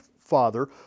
Father